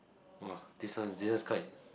!wah! this one this one's quite